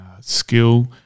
skill